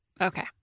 Okay